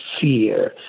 fear